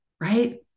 right